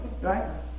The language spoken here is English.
Right